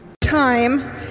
Time